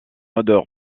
odeur